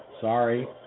Sorry